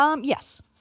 Yes